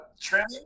Trimming